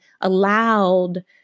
allowed